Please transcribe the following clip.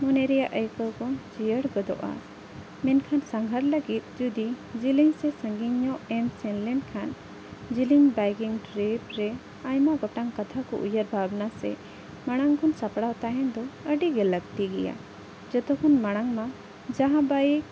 ᱢᱚᱱᱮ ᱨᱮᱭᱟᱜ ᱟᱭᱠᱟᱹ ᱠᱚ ᱡᱤᱭᱟᱹᱲ ᱜᱚᱫᱚᱜᱼᱟ ᱢᱮᱱᱠᱷᱟᱱ ᱥᱟᱸᱜᱷᱟᱨ ᱞᱟᱹᱜᱤᱫ ᱡᱩᱫᱤ ᱡᱤᱞᱤᱧ ᱥᱮ ᱥᱟᱺᱜᱤᱧ ᱧᱚᱜ ᱮᱢ ᱥᱮᱱ ᱞᱮᱱ ᱠᱷᱟᱱ ᱡᱤᱞᱤᱧ ᱵᱟᱭᱠᱤᱝ ᱴᱨᱤᱯ ᱨᱮ ᱟᱭᱢᱟ ᱜᱚᱴᱟᱝ ᱠᱟᱛᱷᱟ ᱠᱚ ᱩᱭᱟᱹᱨ ᱵᱷᱟᱵᱽᱱᱟ ᱥᱮ ᱢᱟᱲᱟᱝ ᱠᱷᱚᱱ ᱥᱟᱯᱲᱟᱣ ᱛᱟᱦᱮᱱ ᱫᱚ ᱟᱹᱰᱤ ᱜᱮ ᱞᱟᱹᱠᱛᱤ ᱜᱮᱭᱟ ᱡᱚᱛᱚ ᱠᱷᱚᱱ ᱢᱟᱲᱟᱝ ᱢᱟ ᱡᱟᱦᱟᱸ ᱵᱟᱭᱤᱠ